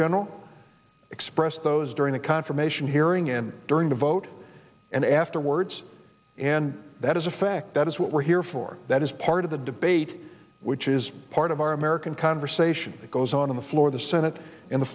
general expressed those during the confirmation hearing him during the vote and afterwards and that is a fact that is what we're here for that is part of the debate which is part of our american conversation that goes on on the floor the senate and the